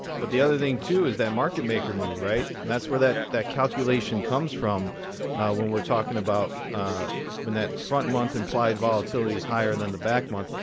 but the other thing, too, is that market maker move, right? and that's where that that calculation comes from when we're talking about when that front month implied volatility is higher than the back month.